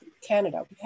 Canada